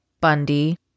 Bundy